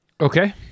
Okay